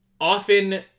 often